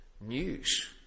news